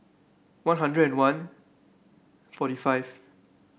One Hundred and one forty five